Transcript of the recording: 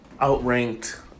outranked